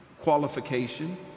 qualification